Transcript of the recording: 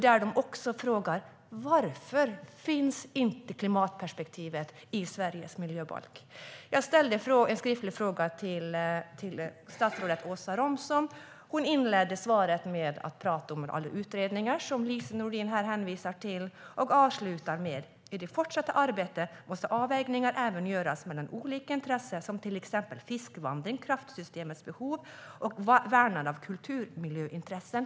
Där frågar man också varför klimatperspektivet inte finns i Sveriges miljöbalk. Jag ställde en skriftlig fråga till statsrådet Åsa Romson. Hon inledde svaret med att skriva om alla de utredningar Lise Nordin hänvisar till, och hon avslutade med: "I det fortsatta arbetet måste avvägningar även göras mellan olika intressen som t.ex. fiskvandring, kraftsystemets behov och värnande av kulturmiljöintressen."